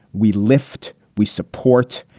we lift. we support.